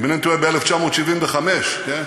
אם אני לא טועה ב-1975, כן?